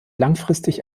langfristig